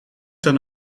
dan